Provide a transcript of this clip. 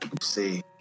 see